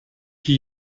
qui